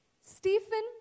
Stephen